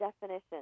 definition